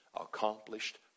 accomplished